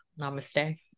Namaste